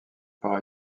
par